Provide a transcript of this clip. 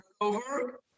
over